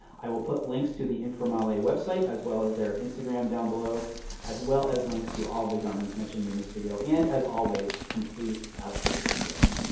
i will put links to the informale website as well as their instagram down below as well as links to all of the garments mentioned in this video. and, as always, complete outfit details.